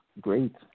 Great